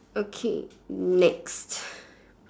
okay next